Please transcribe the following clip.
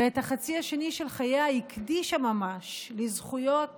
ואת החצי השני של חייה הקדישה ממש לזכויות